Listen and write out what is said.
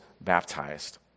baptized